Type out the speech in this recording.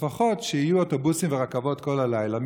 לפחות שיהיו אוטובוסים ורכבות כל הלילה,